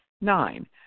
Nine